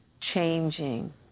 changing